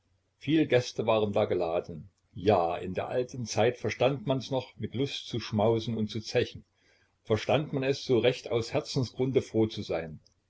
viel gäste waren da geladen ja in der alten zeit verstand man's noch mit lust zu schmausen und zu zechen verstand man es so recht aus herzensgrunde froh zu sein